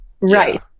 Right